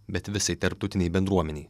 bet visai tarptautinei bendruomenei